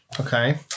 Okay